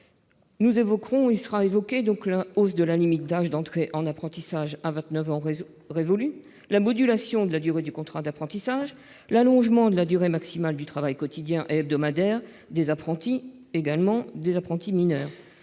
Seront ainsi évoqués la hausse de la limite d'âge de l'entrée en apprentissage, à 29 ans révolus, la modulation de la durée du contrat d'apprentissage, l'allongement de la durée maximale du travail quotidien et hebdomadaire des apprentis, y compris mineurs.